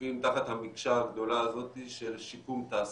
מופיעים תחת המקשה הגדולה הזאת של שיקום תעסוקתי.